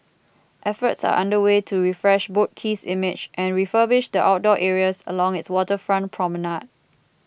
efforts are under way to refresh Boat Quay's image and refurbish the outdoor areas along its waterfront promenade